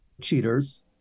cheaters